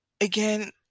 Again